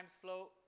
float